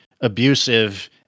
abusive